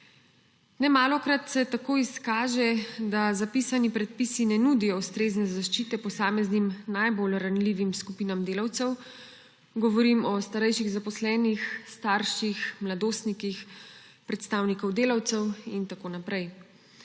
Nemalokrat se tako izkaže, da zapisani predpisi ne nudijo ustrezne zaščite posameznim najbolj ranljivim skupinam delavcev, govorim o starejših zaposlenih, starših, mladostnikih, predstavnikih delavcev in tako naprej.